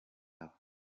yabo